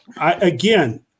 Again